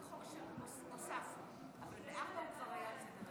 זה חוק שהוספנו, אבל ב-16:00 הוא כבר היה.